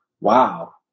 wow